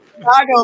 Chicago